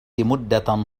مدة